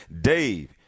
Dave